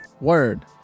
word